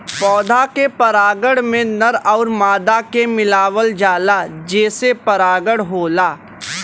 पौधा के परागण में नर आउर मादा के मिलावल जाला जेसे परागण होला